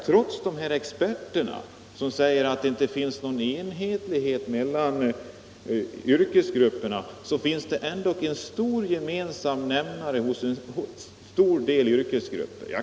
Trots de experter som säger att det inte finns någon enhetlighet mellan yrkesgrupperna, finns det ändå en gemensam nämnare hos många yrkesgrupper.